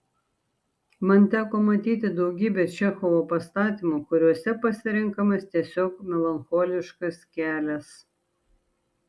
man teko matyti daugybę čechovo pastatymų kuriuose pasirenkamas tiesiog melancholiškas kelias